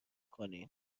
کنین